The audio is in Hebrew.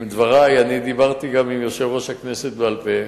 אני דיברתי גם עם יושב-ראש הכנסת בעל-פה,